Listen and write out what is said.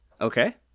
Okay